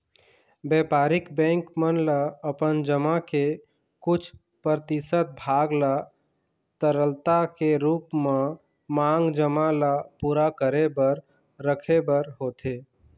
बेपारिक बेंक मन ल अपन जमा के कुछ परतिसत भाग ल तरलता के रुप म मांग जमा ल पुरा करे बर रखे बर होथे